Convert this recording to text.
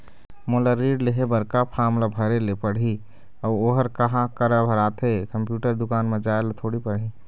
मोला ऋण लेहे बर का फार्म ला भरे ले पड़ही अऊ ओहर कहा करा भराथे, कंप्यूटर दुकान मा जाए ला थोड़ी पड़ही?